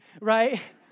right